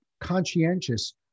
conscientious